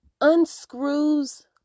unscrews